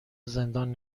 زندان